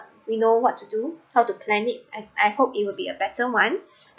we know what to do how to plan it I I hope it will be a better one